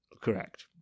Correct